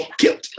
Killed